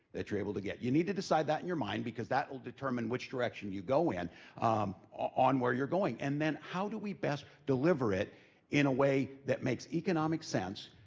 that you're able to get. you need to decide that in your mind, because that will determine which direction you go in, ah on where you're going. and then how do we best deliver it in a way that makes economic sense,